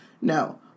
No